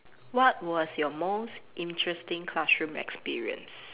what was your most interesting classroom experience